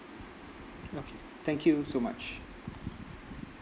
okay thank you so much